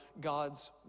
God's